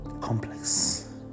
complex